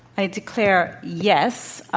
i declare yes,